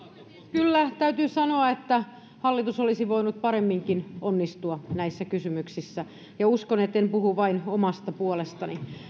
kyllä täytyy sanoa että hallitus olisi voinut paremminkin onnistua näissä kysymyksissä ja uskon etten puhu vain omasta puolestani